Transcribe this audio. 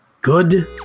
good